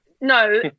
No